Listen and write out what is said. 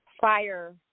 fire